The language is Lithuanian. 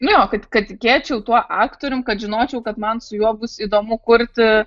nu jo kad tikėčiau tuo aktorium kad žinočiau kad man su juo bus įdomu kurti